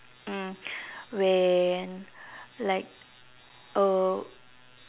mm when like uh